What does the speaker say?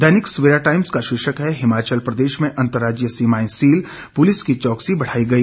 दैनिक Savera Times का शीर्षक है हिमाचल प्रदेश में अंतर्राज्यीय सीमाएं सील पुलिस की चौकसी बढ़ाई गई